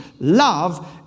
Love